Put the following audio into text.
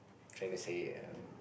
tryna say it uh